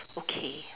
okay